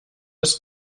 das